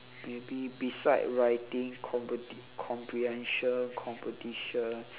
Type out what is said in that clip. maybe beside writing compete~ comprehension competition